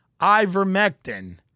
Ivermectin